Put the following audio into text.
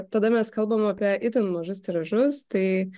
tada mes kalbam apie itin mažus tiražus tai